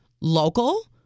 local